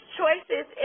choices